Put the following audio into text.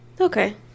okay